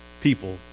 people